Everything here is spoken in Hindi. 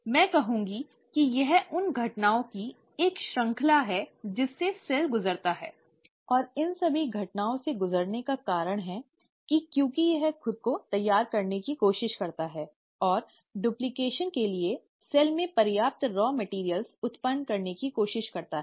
मैं कहूंगी कि यह उन घटनाओं की एक श्रृंखला है जिससे सेल गुजरता है और इन सभी घटनाओं से गुजरने का कारण है कि क्योंकि यह खुद को तैयार करने की कोशिश करता है और डूप्लकेशन के लिए सेल में पर्याप्त रॉ मैटिअर्इअल उत्पन्न करने की कोशिश करता है